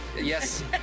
Yes